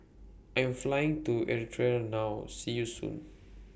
I Am Flying to Eritrea now See YOU Soon